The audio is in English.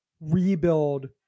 rebuild